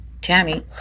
Tammy